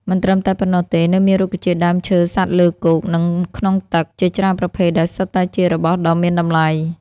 មិនត្រឹមតែប៉ុណ្ណោះទេ នៅមានរុក្ខជាតិ ដើមឈើ សត្វលើគោក និងក្នុងទឹក ជាច្រើនប្រភេទដែលសុទ្ធតែជារបស់ដ៏មានតម្លៃ។